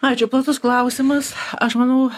ačiū platus klausimas aš manau